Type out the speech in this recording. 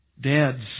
dads